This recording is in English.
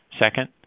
Second